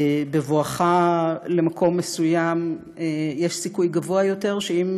בבואך למקום מסוים יש סיכוי גבוה יותר שאם